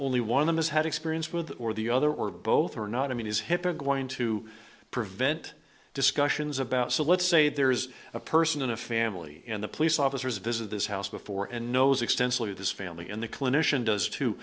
only one of them has had experience with or the other or both or not i mean is hipper going to prevent discussions about so let's say there is a person in a family and the police officers visit this house before and knows extensively this family and the clinician does t